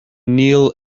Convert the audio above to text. kneel